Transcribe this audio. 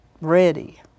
ready